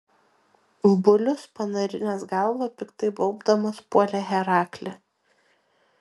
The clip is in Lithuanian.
bulius panarinęs galvą piktai baubdamas puolė heraklį